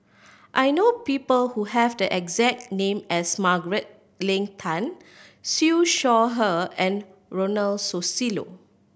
I know people who have the exact name as Margaret Leng Tan Siew Shaw Her and Ronald Susilo